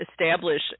establish